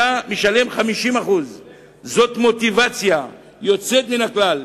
תשלם 50%. זאת מוטיבציה יוצאת מן הכלל לאזרח,